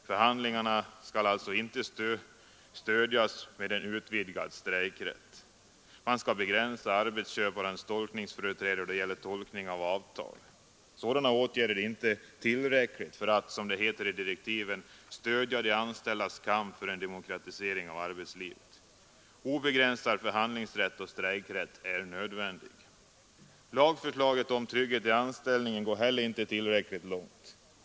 Förhandlingarna skall alltså inte stödjas med utvidgad strejkrätt. Man skall begränsa arbetsköparnas tolkningsföreträde då det gäller tolkning av avtal. Sådana åtgärder är inte tillräckliga för att — som det heter i direktiven — stödja de anställdas kamp för demokratisering av arbetslivet. Obegränsad förhandlingsrätt och strejkrätt är nödvändiga. Lagförslaget om trygghet i anställningen går heller inte tillräckligt långt.